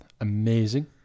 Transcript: Amazing